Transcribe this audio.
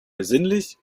besinnlich